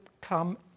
come